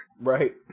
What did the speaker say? Right